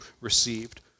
received